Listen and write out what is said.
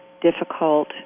difficult